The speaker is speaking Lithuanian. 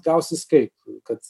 gausis kaip kad